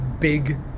big